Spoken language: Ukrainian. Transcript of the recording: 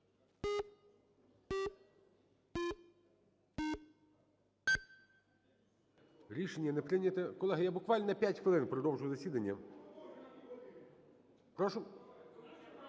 Рішення не прийнято. Колеги, я буквально на 5 хвилин продовжу засідання. Прошу?